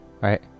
Right